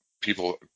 people